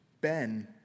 Ben